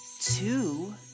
two